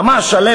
ממש הלב